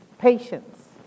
patience